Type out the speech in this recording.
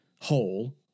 whole